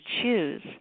choose